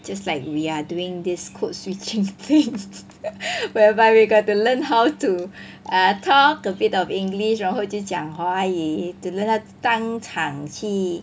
just like we're doing this code switching things whereby we got to learn how to uh talk a bit of english 然后就讲华语 to learn how to 当场去